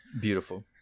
beautiful